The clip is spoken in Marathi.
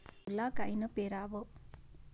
सोला कायनं पेराव?